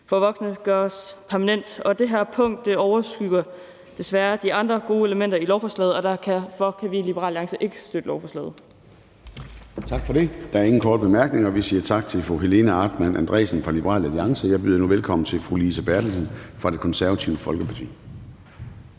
for voksne gøres permanent. Det her punkt overskygger desværre de andre gode elementer i lovforslaget, og derfor kan vi i Liberal Alliance ikke støtte lovforslaget. Kl. 14:22 Formanden (Søren Gade): Der er ingen korte bemærkninger, så vi siger tak til fru Helena Artmann Andresen fra Liberal Alliance. Jeg byder nu velkommen til fru Lise Bertelsen fra Det Konservative Folkeparti.